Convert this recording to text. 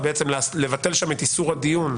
בעצם לבטל שם את איסור הדיון,